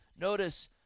Notice